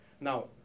Now